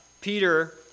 Peter